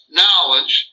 knowledge